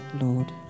Lord